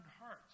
hearts